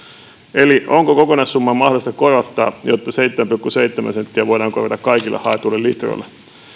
eli onko kokonaissummaa mahdollista korottaa jotta seitsemän pilkku seitsemän senttiä voidaan korvata kaikille haetuille litroille